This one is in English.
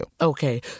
Okay